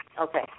Okay